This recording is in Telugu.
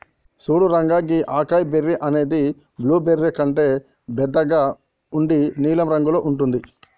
సూడు రంగా గీ అకాయ్ బెర్రీ అనేది బ్లూబెర్రీ కంటే బెద్దగా ఉండి నీలం రంగులో ఉంటుంది